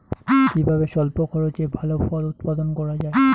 কিভাবে স্বল্প খরচে ভালো ফল উৎপাদন করা যায়?